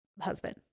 husband